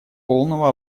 полного